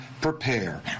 prepare